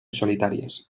solitarias